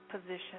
position